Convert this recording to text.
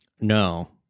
No